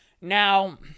Now